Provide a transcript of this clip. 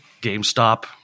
GameStop